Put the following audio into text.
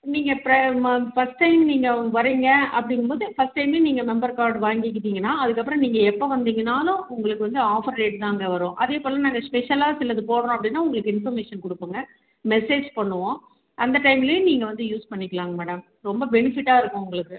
நீங்கள் பிர ம ஃபஸ்ட் டைம் நீங்கள் வரீங்க அப்படிங்கும்போது ஃபஸ்ட் டைமே நீங்கள் மெம்பர் கார்ட் வாங்கிக்கிட்டிங்கன்னா அதுக்கப்புறம் நீங்கள் எப்போ வந்திங்கனாலும் உங்களுக்கு வந்து ஆஃபர் ரேட்டுதாங்க வரும் அதேபோல நாங்கள் ஸ்பெஷலாக சிலது போடறோம் அப்படின்னா உங்களுக்கு இன்ஃபர்மேஷன் கொடுப்போங்க மெசேஜ் பண்ணுவோம் அந்த டைம்லையும் நீங்கள் வந்து யூஸ் பண்ணிக்கலாங்க மேடம் ரொம்ப பெனிஃபிட்டாக இருக்கும் உங்களுக்கு